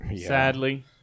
sadly